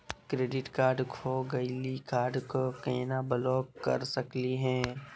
Credit card खो गैली, card क केना ब्लॉक कर सकली हे?